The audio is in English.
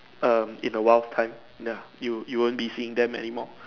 um in a while of time ya you you won't be seeing them anymore